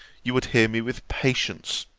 you would hear me with patience